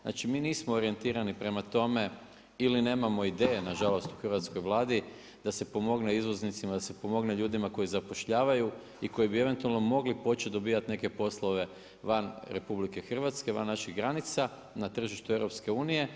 Znači mi nismo orijentirani prema tome ili nemamo ideja nažalost u hrvatskoj Vladi da se pomogne izvoznicima, da se pomogne ljudima koji zapošljavaju i koji bi eventualno mogli početi dobivati neke poslove van RH, van naših granica na tržištu EU.